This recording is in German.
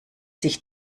sich